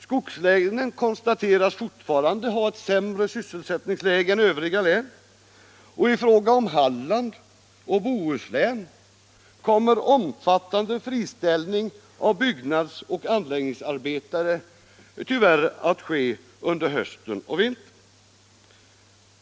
Skogslänen konstateras fortfarande ha ett sämre sysselsättningsläge än övriga län, och i fråga om Halland och Bohuslän kommer omfattande friställning av byggnadsoch anläggningsarbetare tyvärr att ske under hösten och vintern.